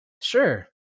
sure